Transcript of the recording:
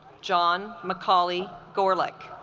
john mccauley gorelick